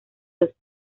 los